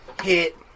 hit